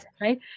right